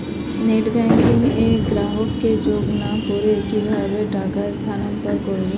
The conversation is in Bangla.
নেট ব্যাংকিং এ গ্রাহককে যোগ না করে কিভাবে টাকা স্থানান্তর করব?